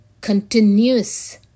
continuous